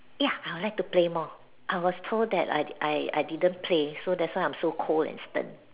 ya I would like to play more I was told that I I I didn't play so that's why I was so cold and stern